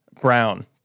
brown